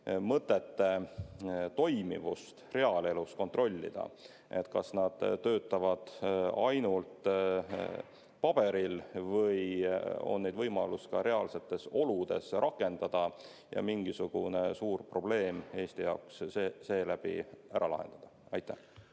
mõtete toimivust reaalelus kontrollida. Kas nad töötavad ainult paberil või on neid võimalus ka reaalsetes oludes rakendada ja mingisugune suur probleem Eesti jaoks seeläbi ära lahendada? Aitäh!